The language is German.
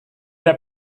wer